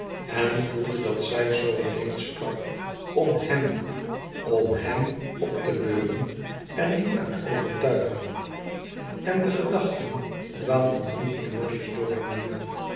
en voelde dat zij zoo alleen sprak om hèm om hem op te beuren en niet uit overtuiging en de gedachten dwaalden niet meer losjes